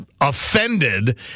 Offended